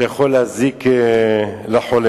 שיכול להזיק לחולה.